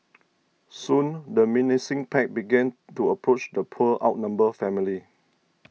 soon the menacing pack began to approach the poor outnumbered family